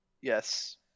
Yes